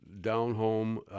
down-home